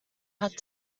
had